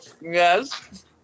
Yes